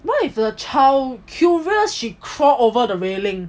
what if the child curious she crawl over the railing